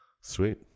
Sweet